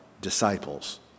disciples